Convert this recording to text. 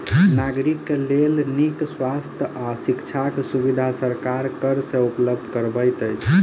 नागरिक के लेल नीक स्वास्थ्य आ शिक्षाक सुविधा सरकार कर से उपलब्ध करबैत अछि